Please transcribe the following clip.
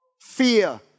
fear